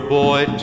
boy